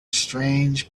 strange